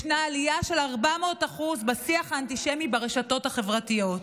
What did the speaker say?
יש עלייה של 400% בשיח האנטישמי ברשתות החברתיות,